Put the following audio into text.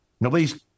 Nobody's